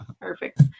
Perfect